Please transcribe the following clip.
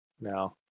now